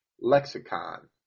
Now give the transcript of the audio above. Lexicon